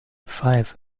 five